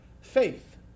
faith